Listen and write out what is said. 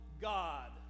God